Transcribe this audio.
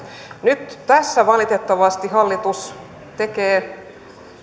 nyt tässä valitettavasti hallitus tekee kyllä